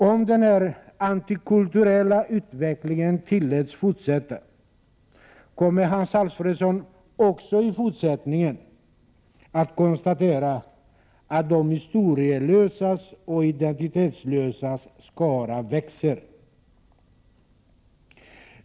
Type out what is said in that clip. Om den här antikulturella utvecklingen tillåts fortsätta kommer Hans Alfredson även i fortsättningen att konstatera att de historielösas och identitetslösas skara växer.